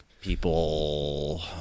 people